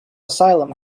asylum